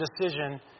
decision